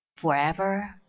forever